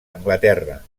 anglaterra